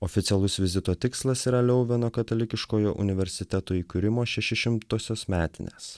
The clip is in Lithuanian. oficialus vizito tikslas yra leuveno katalikiškojo universiteto įkūrimo šešišimtosios metinės